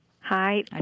Hi